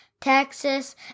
Texas